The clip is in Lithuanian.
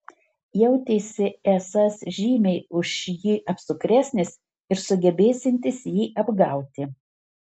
jautėsi esąs žymiai už jį apsukresnis ir sugebėsiantis jį apgauti